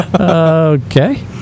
Okay